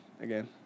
again